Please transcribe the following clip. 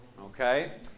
okay